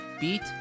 beat